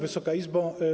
Wysoka Izbo!